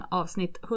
avsnitt